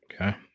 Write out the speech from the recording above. okay